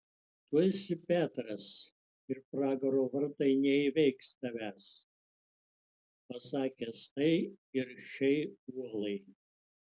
tu esi petras ir pragaro vartai neįveiks tavęs pasakęs tai ir šiai uolai